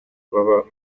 baba